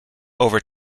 over